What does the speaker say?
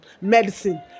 medicine